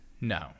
No